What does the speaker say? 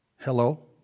Hello